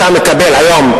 אתה מקבל היום,